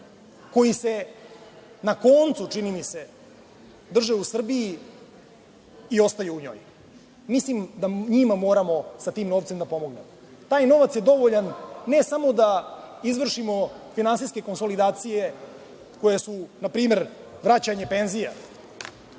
koji se na koncu, čini mi se, drže u Srbiji i ostaju u njoj. Mislim da njima moramo sa tim novcem da pomognemo. Taj novac je dovoljan, ne samo da izvršimo finansijske konsolidacije koje su na primer vraćanje penzija,